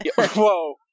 Whoa